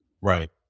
Right